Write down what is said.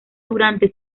durante